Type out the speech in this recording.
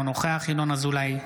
אינו נוכח ינון אזולאי,